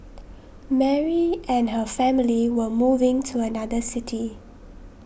Mary and her family were moving to another city